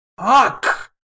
Fuck